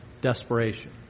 desperation